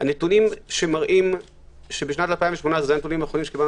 - הנתונים שמראים בשנת 2018 אלה הנתונים האחרונים שקיבלנו